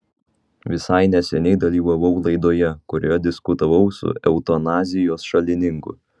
visai neseniai dalyvavau laidoje kurioje diskutavau su eutanazijos šalininku